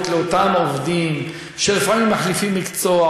לאותם עובדים שלפעמים מחליפים מקצוע,